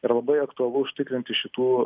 ir labai aktualu užtikrinti šitų